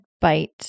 bite